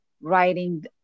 writing